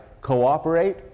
cooperate